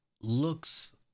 looks